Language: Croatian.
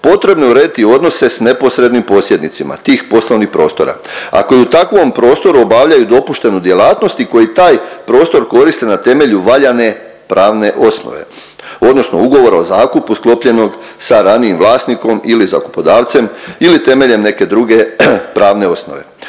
potrebno je urediti i odnose sa neposrednim posjednicima tih poslovnih prostora. Ako u takvom prostoru obavljaju i dopuštenu djelatnost i koji taj prostor koriste na temelju valjane pravne osnove, odnosno ugovora o zakupu sklopljenog sa ranijim vlasnikom ili zakupodavcem ili temeljem neke druge pravne osnove.